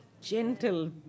gentle